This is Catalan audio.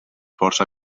força